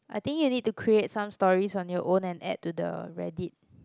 I think you need to create some stories on your own and add to the Reddit